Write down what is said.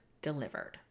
delivered